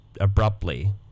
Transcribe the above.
abruptly